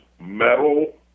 metal